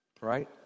Right